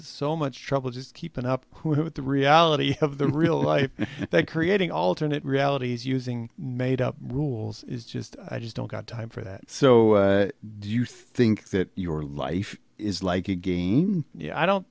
so much trouble just keeping up with the reality of the real life they creating alternate realities using made up rules is just i just don't got time for that so do you think that your life is like again you know i don't